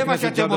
זה מה שאתם עושים.